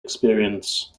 experience